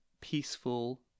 peaceful